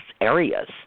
areas